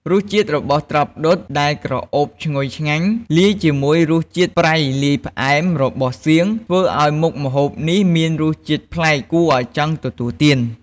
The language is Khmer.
រសជាតិរបស់ត្រប់ដុតដែលក្រអូបឈ្ងុយឆ្ងាញ់ លាយជាមួយរសជាតិប្រៃលាយផ្អែមរបស់សៀង ធ្វើឱ្យមុខម្ហូបនេះមានរសជាតិប្លែក គួរឱ្យចង់ទទួលទាន។